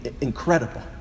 incredible